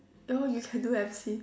oh you can do M_C